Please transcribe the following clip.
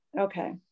okay